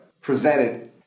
presented